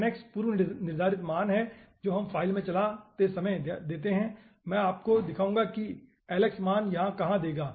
nx पूर्वनिर्धारित मान है जो हम फ़ाइल में चलाते समय देते हैं मैं आपको दिखाऊंगा कि lx मान यहाँ कहाँ देगा